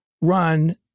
run